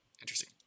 interesting